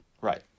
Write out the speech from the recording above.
Right